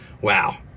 wow